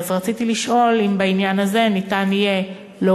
רציתי לשאול אם בעניין הזה יהיה אפשר